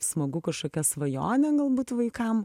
smagu kažkokią svajonę galbūt vaikam